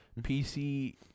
PC